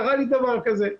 קרה לי דבר כזה.